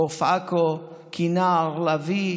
חוף עכו, כינר, לביא,